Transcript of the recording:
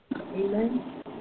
Amen